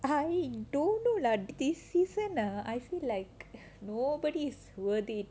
I don't know lah this season ah I feel like nobody is worth it